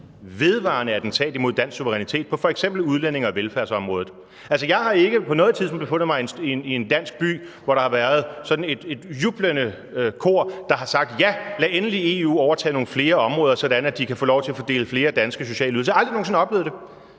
vedvarende attentat imod dansk suverænitet på f.eks. udlændinge- og velfærdsområdet. Jeg har ikke på noget tidspunkt befundet mig i en dansk by, hvor der har været et jublende kor, der har sagt: Ja, lad endelig EU overtage nogle flere områder, så de kan få lov til at fordele flere danske sociale ydelser. Jeg har aldrig nogen sinde oplevet det.